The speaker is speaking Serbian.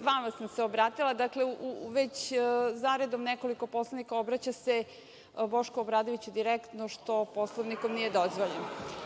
vama sam se obratila. Dakle, već za redom nekoliko poslanika obraća se Bošku Obradoviću direktno, što Poslovnikom nije dozvoljeno. Što